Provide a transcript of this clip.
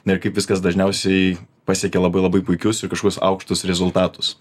na ir kaip viskas dažniausiai pasiekia labai labai puikius ir kažkokius aukštus rezultatus